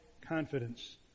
confidence